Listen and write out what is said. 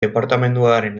departamenduaren